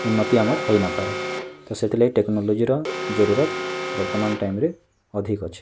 ଉନ୍ନତ୍ତି ଆମର ହଇନପାରେ ତ ସେଥିଲାଗି ଟେକ୍ନୋଲୋଜିର ଜରୁରତ୍ ବର୍ତ୍ତମାନ ଟାଇମ୍ରେ ଅଧିକ୍ ଅଛି